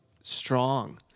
strong